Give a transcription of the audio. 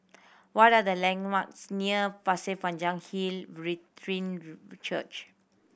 what are the landmarks near Pasir Panjang Hill Brethren Church